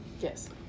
yes